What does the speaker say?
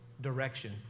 direction